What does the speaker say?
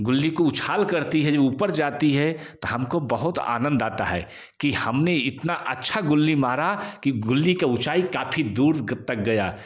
गिली को उछाल करती है जो ऊपर जाती है तो हमको बहुत आनंद आता है कि हमने इतना अच्छा गिली मारा की गिली का ऊंचाई काफी दूर तक गया